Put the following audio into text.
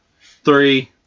Three